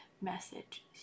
message